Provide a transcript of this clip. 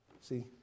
See